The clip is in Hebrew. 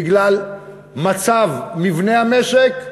בגלל מצב מבנה המשק,